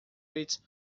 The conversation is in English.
its